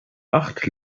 acht